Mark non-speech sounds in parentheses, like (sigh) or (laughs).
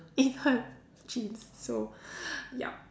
in her jeans so (laughs) yup